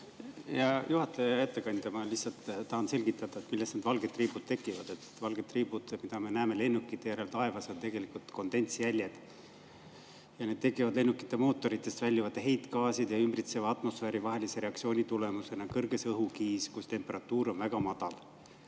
Hea ettekandja! Ma lihtsalt tahan selgitada, millest need valged triibud tekivad. Valged triibud, mida me näeme lennukite järel taevas, on tegelikult kondensjäljed. Need tekivad lennukite mootoritest väljuvate heitgaaside ja ümbritseva atmosfääri vahelise reaktsiooni tulemusena kõrges õhukihis, kus temperatuur on väga madal.